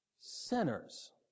sinners